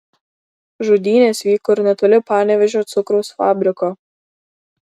žudynės vyko ir netoli panevėžio cukraus fabriko